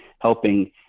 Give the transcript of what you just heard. helping